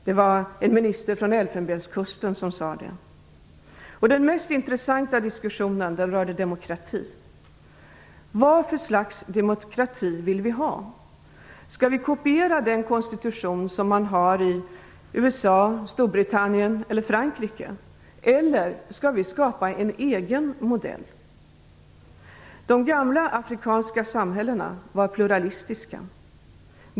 Den mest intressanta diskussionen rörde demokrati. Vad för slags demokrati vill vi ha? Skall vi kopiera den konstitution som man har i USA, Storbritannien eller Frankrike, eller skall vi skapa en egen modell? De gamla afrikanska samhällena var pluralistiska.